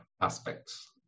aspects